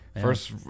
first